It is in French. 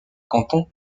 cantons